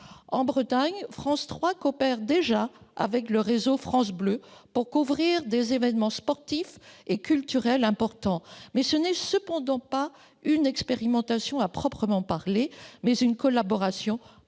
En Bretagne, France 3 coopère déjà avec le réseau France Bleu pour couvrir des événements sportifs et culturels importants. Il s'agit cependant non pas d'une expérimentation à proprement parler, mais d'une collaboration